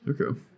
Okay